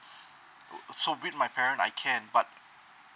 oh so with my parent I can but